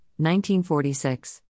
1946